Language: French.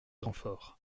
renforts